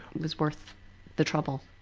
was worth the trouble.